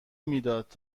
میداد